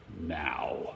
now